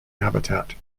habitat